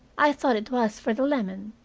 i thought it was for the lemon.